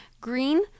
green